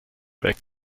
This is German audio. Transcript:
weg